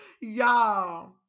Y'all